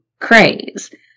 craze